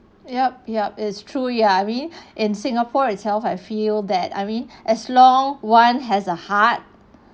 yup yup it's true ya I mean in singapore itself I feel that I mean as long one has a heart